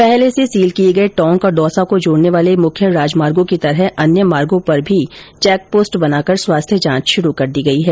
पहले से सील किये गये टोंक और दौसा को जोडने वाले मुख्य राजमार्गो की तरह अन्य मार्गो पर भी चेकपोस्ट बनाकर स्वास्थ्य जांच शुरू कर दी गई है